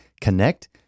connect